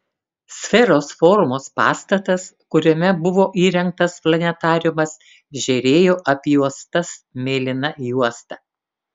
sferos formos pastatas kuriame buvo įrengtas planetariumas žėrėjo apjuostas mėlyna juosta